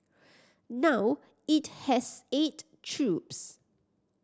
now it has eight troops